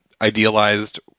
idealized